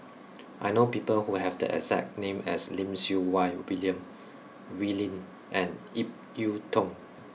I know people who have the exact name as Lim Siew Wai William Wee Lin and Ip Yiu Tung